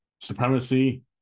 supremacy